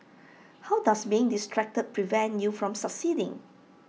how does being distracted prevent you from succeeding